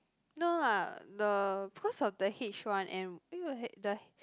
no lah the because of the H one N the